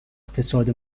اقتصاد